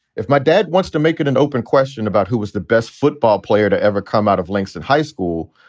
if my dad wants to make it an open question about who was the best football player to ever come out of links in high school,